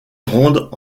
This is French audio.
rendent